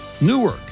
Newark